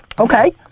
okay.